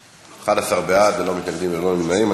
11 בעד, ללא מתנגדים וללא נמנעים.